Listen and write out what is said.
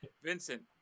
Vincent